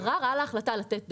ערר על ההחלטה לתת דוח,